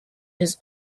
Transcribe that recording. his